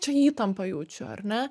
čia įtampą jaučiu ar ne